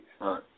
right